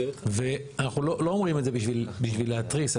ואנחנו לא אומרים את זה בשביל להתריס.